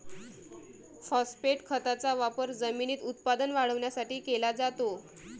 phosphate खताचा वापर जमिनीत उत्पादन वाढवण्यासाठी केला जातो